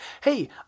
Hey